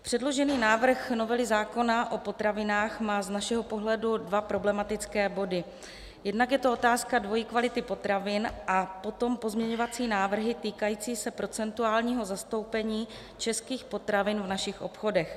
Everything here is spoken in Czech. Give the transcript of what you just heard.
Předložený návrh novely zákona o potravinách má z našeho pohledu dva problematické body: jednak je to otázka dvojí kvality potravin a potom pozměňovací návrhy týkající se procentuálního zastoupení českých potravin v našich obchodech.